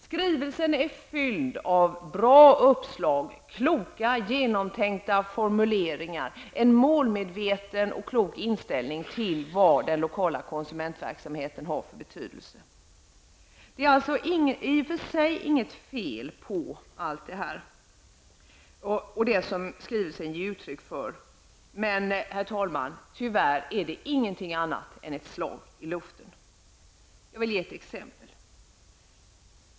Skrivelsen är fylld av bra uppslag, kloka, genomtänkta formuleringar, en målmedveten och klok inställning till vad den lokala konsumentverksamheten har för betydelse. Det är i och för sig inget fel på det som skrivelsen ger uttryck för. Men, herr talman, tyvärr är det inget annat än ett slag i luften. Jag vill ge ett exempel.